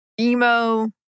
emo